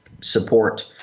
support